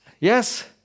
Yes